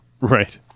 Right